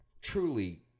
truly